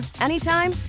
anytime